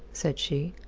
said she.